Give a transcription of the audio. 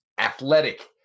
athletic